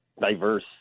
Diverse